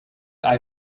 eye